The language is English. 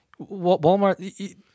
Walmart